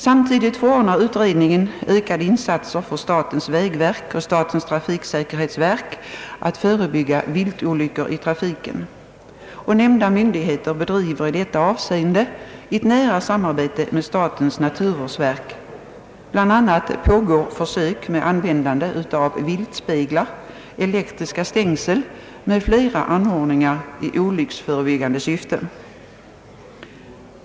Samtidigt förordar utredningen ökade insatser av statens vägverk och statens trafiksäkerhetsverk för att förebygga viltolyckor i trafiken. Nämnda myndigheter bedriver i detta avseende ett nära samarbete med statens naturvårdsverk. Bl. a. pågår försök med användande av = viltspeglar, elektriska stängsel m.fl. anordningar i olycksförebyggande syfte.